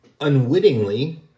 unwittingly